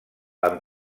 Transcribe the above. amb